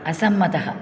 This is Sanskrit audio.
असम्मतः